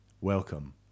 Welcome